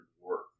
work